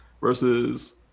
versus